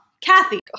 Kathy